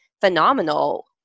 phenomenal